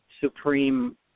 supreme